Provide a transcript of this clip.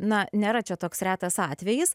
na nėra čia toks retas atvejis